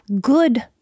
good